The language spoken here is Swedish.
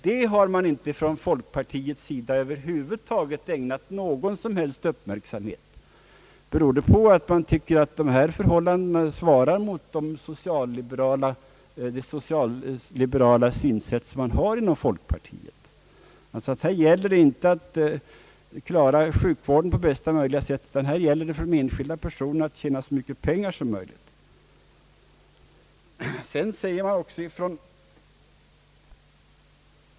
Det har man från folkpartiets sida över huvud taget inte ägnat någon som helst uppmärksamhet. Beror det på att man tycker att dessa förhållanden svarar mot det socialliberala synsätt man har inom folkpartiet? Här gäller det inte att klara sjukvården på bästa möjliga sätt, utan det gäller i vissa fall för den enskilda personen att tjäna så mycket pengar som möjligt.